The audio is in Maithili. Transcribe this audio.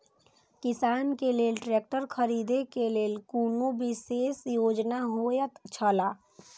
किसान के लेल ट्रैक्टर खरीदे के लेल कुनु विशेष योजना होयत छला?